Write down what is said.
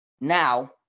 Now